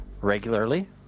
regularly